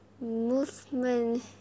Movement